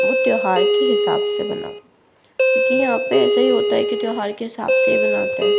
वो त्यौहार के हिसाब से बनाऊं क्योंकि यहाँ पे ऐसा ही होता है कि त्यौहार के हिसाब से ही बनाता है